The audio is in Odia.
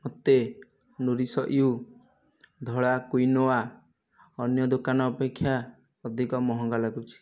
ମୋତେ ନୋରିଶ୍ ୟୁ ଧଳା କ୍ୱିନୋଆ ଅନ୍ୟ ଦୋକାନ ଅପେକ୍ଷା ଅଧିକ ମହଙ୍ଗା ଲାଗୁଛି